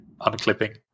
unclipping